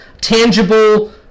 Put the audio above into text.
tangible